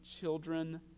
children